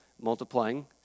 multiplying